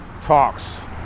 talks